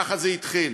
ככה זה התחיל: